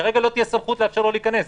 כרגע לא תהיה סמכות לאפשר לו להיכנס.